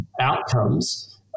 outcomes